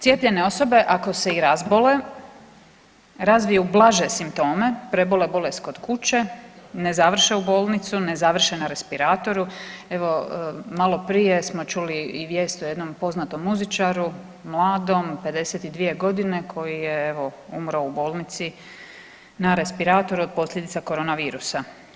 Cijepljene osobe ako se i razbole razviju blaže simptome, prebole bolest kod kuće, ne završe u bolnicu, ne završe na respiratoru, evo malo prije smo čuli i vijest o jednom poznatom muzičaru mladom, 52 godine, koji je evo umro u bolnici na respiratoru od posljedica korona virusa.